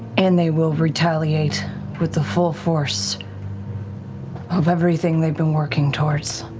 and they will retaliate with the full force of everything they've been working towards.